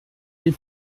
les